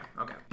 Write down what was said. Okay